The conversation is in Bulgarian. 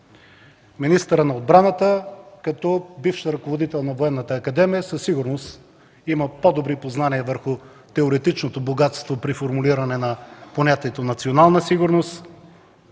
Министърът на отбраната, като бивш ръководител на Военната академия, със сигурност има по-добри познания върху теоретичното богатство при формулиране на понятието „национална сигурност”.